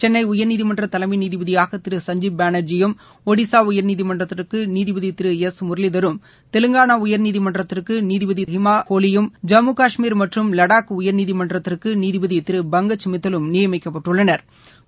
சென்னை உயர்நீதிமன்றத்திற்கு நீதிபதி திரு சுஞ்ஜீப் பானர்ஜியும் ஒடிஸா உயர்நீதிமன்றத்திற்கு நீதிபதி திரு எஸ் முரளீதரும் தெலங்கானா உயா்நீதிமன்றத்துக்கு நீதிபதி ஹிமா கோலியும் ஜம்மு கஷ்மீர் மற்றும் லடாக் உயா்நீதிமன்றத்திற்கு நீதிபதி திரு பங்கஜ் மித்தலும் நியமிக்கப்பட்டுள்ளனா்